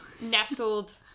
nestled